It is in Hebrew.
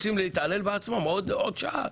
רוצים להתעלל בעצמם עוד שעה?